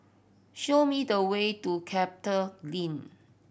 show me the way to CapitaGreen